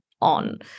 on